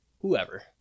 whoever